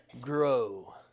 grow